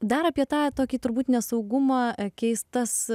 dar apie tą tokį turbūt nesaugumą keistas